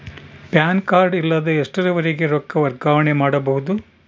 PAN card ಇಲ್ಲದ ಎಷ್ಟರವರೆಗೂ ರೊಕ್ಕ ವರ್ಗಾವಣೆ ಮಾಡಬಹುದು?